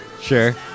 Sure